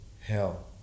hell